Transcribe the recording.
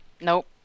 Nope